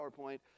PowerPoint